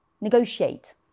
negotiate